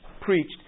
preached